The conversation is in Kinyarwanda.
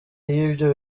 y’ibyo